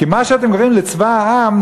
כי מה שאתם קוראים לו צבא העם,